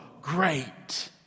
great